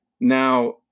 now